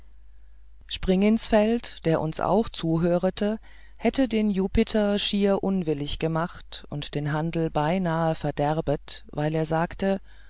springinsfeld der uns auch zuhörete hätte den jupiter schier unwillig gemacht und den handel beinahe verderbet weil er sagte